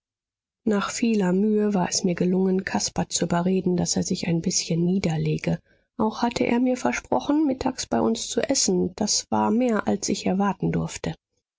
nach vieler mühe war es mir gelungen caspar zu überreden daß er sich ein bißchen niederlege auch hatte er mir versprochen mittags bei uns zu essen das war mehr als ich erwarten durfte